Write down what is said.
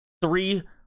Three